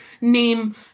name